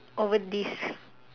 over this